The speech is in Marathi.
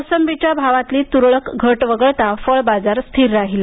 मोसंबीच्या भावातली तुरळक घट वगळता फळ बाजार स्थिर राहिला